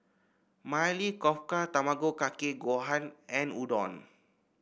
Maili Kofta Tamago Kake Gohan and Udon